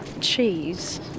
cheese